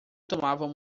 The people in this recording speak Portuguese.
tomavam